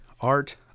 Art